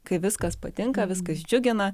kai viskas patinka viskas džiugina